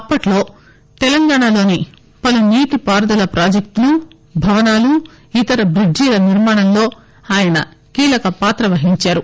అప్పట్లో తెలంగాణాలోని పలు నీటిపారుదల ప్రాజెక్టులుభవనాలు ఇతర బ్రిడ్జిల నిర్మాణంలో ఆయన కీలక పాత్ర వహిందారు